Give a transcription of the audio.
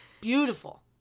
Beautiful